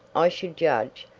i should judge,